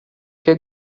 que